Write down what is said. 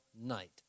night